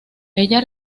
ella